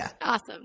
awesome